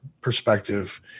perspective